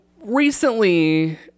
Recently